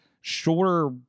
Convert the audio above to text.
shorter